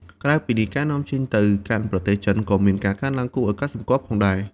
ក្រៅពីនេះ ការនាំចេញទៅកាន់ប្រទេសចិនក៏មានការកើនឡើងគួរឲ្យកត់សម្គាល់ផងដែរ។